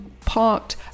parked